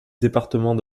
département